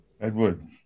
Edward